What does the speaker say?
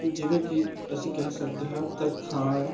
ਜਿਵੇਂ ਕਿ ਅਸੀਂ ਕਹਿ ਸਕਦੇ ਹਾਂ ਤਰਖਾਣ